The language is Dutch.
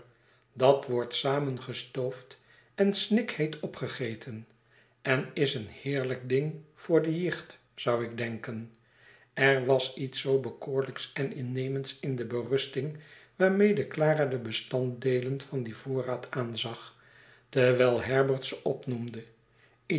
dat wordt samen gestoofd en snikheet opgegeten en is een heerlijk ding voor de jicht zou ik denken er was iets zoo bekoorlijks en innemends in de berusting waarmede clara de bestanddeelen van dien voorraad aanzag terwiji herbert ze opnoemde